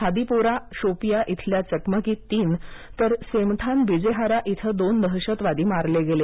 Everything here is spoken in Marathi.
हादिपोरा शोपियां इथल्या चकमकीत तीन तर सेमठान बिजेहारा इथं दोन दहशतवादी मारले गेले